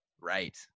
Right